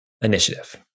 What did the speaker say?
initiative